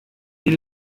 die